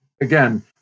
Again